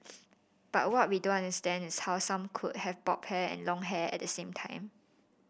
but what we don't understand is how some could have bob hair and long hair at the same time